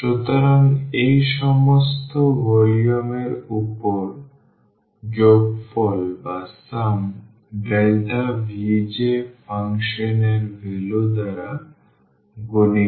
সুতরাং এই সমস্ত ভলিউম এর উপর যোগফল Vj ফাংশন এর ভ্যালুদ্বারা গুণিত